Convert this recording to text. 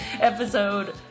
episode